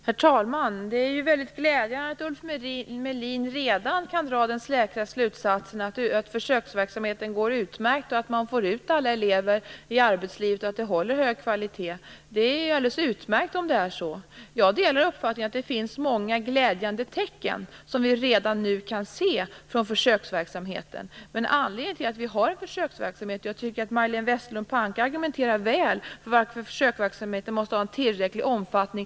Herr talman! Det är väldigt glädjande att Ulf Melin redan kan dra den säkra slutsatsen att försöksverksamheten går utmärkt, att man får ut alla elever i arbetslivet och att utbildningen håller hög kvalitet. Det är alldeles utmärkt om det är så. Jag delar uppfattningen att det finns många glädjande tecken som vi redan nu kan se från försöksverksamheten, men jag tycker att Majléne Westerlund Panke argumenterar väl för anledningen till att försöksverksamheten måste ha en tillräcklig omfattning.